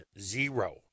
zero